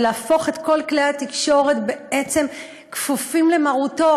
ולהפוך את כל כלי התקשורת בעצם לכפופים למרותו,